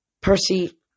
Percy